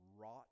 rot